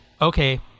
okay